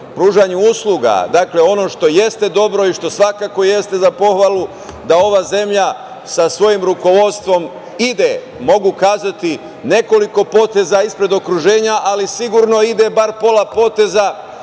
pružanju usluga. Dakle, ono što jeste dobro i što je svakako za pohvalu, da ova zemlja sa svojim rukovodstvom ide, mogu kazati, nekoliko poteza ispred okruženja, ali sigurno ide bar pola poteza